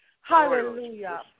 Hallelujah